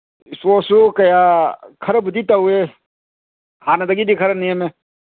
ꯏꯁꯄꯣꯔꯠꯁꯨ ꯀꯌꯥ ꯈꯔꯕꯨꯗꯤ ꯇꯧꯋꯦ ꯍꯥꯟꯅꯗꯒꯤꯗꯤ ꯈꯔ ꯅꯦꯝꯃꯦ